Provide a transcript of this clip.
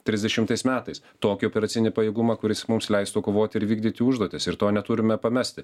trisdešimtais metais tokį operacinį pajėgumą kuris mums leistų kovoti ir vykdyti užduotis ir to neturime pamesti